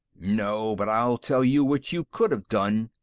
no, but i'll tell you what you could have done,